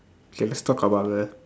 okay let's talk about the